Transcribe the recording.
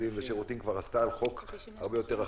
למודיעין ולשירותים כבר עשתה על חוק הרבה יותר רחב.